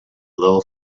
little